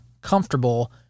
comfortable